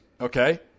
okay